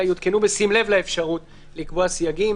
אלא יותקנו בשים לב לאפשרות לקבוע סייגים